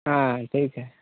हॉं ठीक है